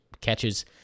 catches